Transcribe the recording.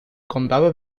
condado